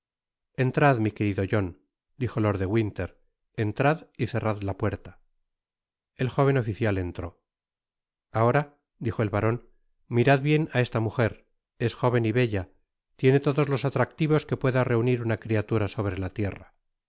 entrad mi querido john dijo lord de winter entrad y cerrad la puerta el jóven oficial entró ahora dijo el baron mirad bien á esta mujer es jóven y belta tiene todos los atractivos que pueda reunir una criatura sobre la tierra